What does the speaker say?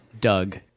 Doug